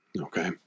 Okay